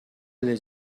эле